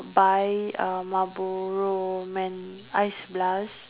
buy uh Marlboro men~ uh ice blast